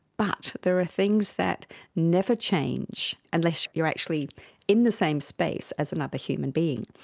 but there are things that never change unless you are actually in the same space as another human being.